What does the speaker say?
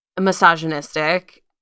misogynistic